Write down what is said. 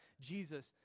Jesus